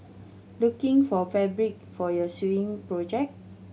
looking for fabric for your sewing project